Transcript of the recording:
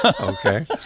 okay